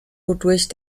wodurch